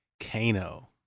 Kano